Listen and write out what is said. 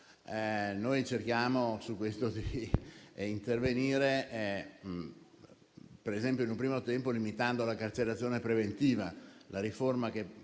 Noi cerchiamo di intervenire su questo: per esempio, in un primo tempo limitando la carcerazione preventiva. La riforma che